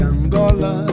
Angola